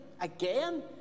again